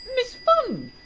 miss funn!